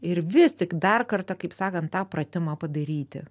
ir vis tik dar kartą kaip sakant tą pratimą padaryti